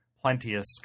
plenteous